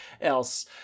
else